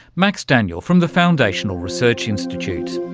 max daniel from the foundational research institute.